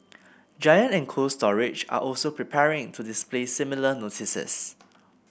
Giant and Cold Storage are also preparing to display similar notices